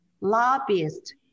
lobbyist